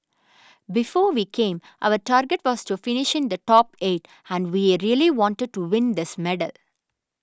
before we came our target was to finish in the top eight and we really wanted to win this medal